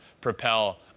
propel